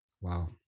Wow